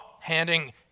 handing